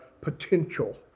potential